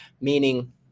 meaning